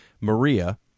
Maria